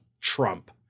Trump